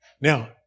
Now